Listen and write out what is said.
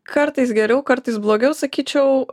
kartais geriau kartais blogiau sakyčiau